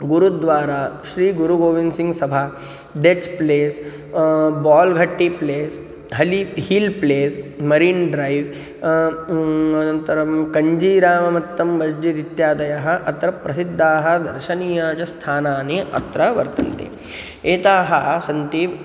गुरुद्वारा श्रीगुरुगोविन्दसिङ्ग् सभा डेच् place बाल्गट्टि place हलि heel place marine drive अनन्तरं कञ्जीरामत्तं मस्जिद् इत्यादयः अत्र प्रसिद्धानि दर्शनीयानि च स्थानानि अत्र वर्तन्ते एतानि सन्ति